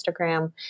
Instagram